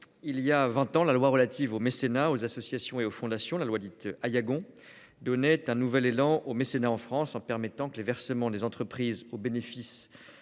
il y a vingt ans, la loi relative au mécénat, aux associations et aux fondations, dite loi Aillagon, donnait un nouvel élan au mécénat en France, en permettant que les versements des entreprises au bénéfice